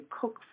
cook